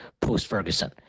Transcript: post-Ferguson